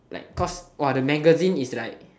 like cause !wow! the magazine is like